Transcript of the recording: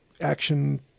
action